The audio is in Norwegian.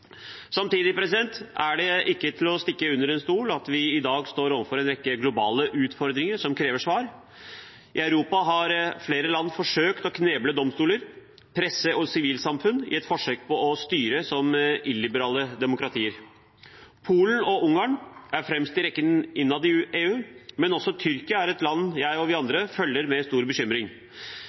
Samtidig er det ikke til å stikke under stol at vi i dag står overfor en rekke globale utfordringer som krever svar. I Europa har flere land forsøkt å kneble domstoler, presse og sivilsamfunn i et forsøk på å styre som illiberale demokratier. Polen og Ungarn er fremst i rekken innad i EU, men også Tyrkia er et land jeg og andre følger med stor bekymring.